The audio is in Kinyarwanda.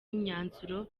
imyanzuro